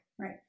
Right